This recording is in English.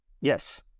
Yes